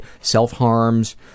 self-harms